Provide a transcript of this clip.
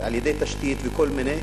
על תשתית וכל מיני,